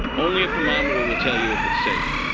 only a thermometer will tell you if it's safe.